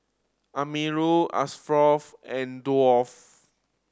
Amirul Ashraf and